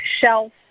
shelf